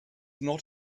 not